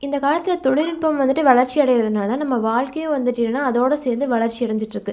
இந்த காலத்தில் தொழில்நுட்பம் வந்துவிட்டு வளர்ச்சி அடையுறதுனால நம்ம வாழ்க்கையும் வந்துவிட்டு என்னன்னா அதோட சேர்ந்து வளர்ச்சி அடைஞ்சிட்டுருக்கு